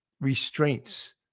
restraints